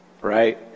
right